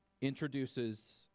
introduces